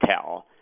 tell